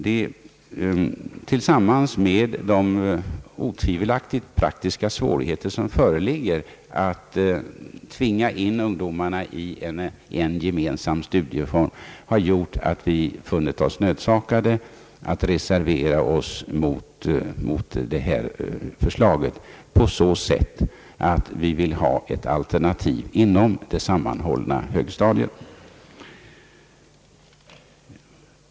Detta har tillsammans med de praktiska svårigheter, som otvivelaktigt föreligger att tvinga in ungdomarna i en gemensam studieform, gjort att vi funnit oss nödsakade att reservera oss mot förslaget på så sätt att vi vill ha ett alternativ inom det sammanhållna högstadiet.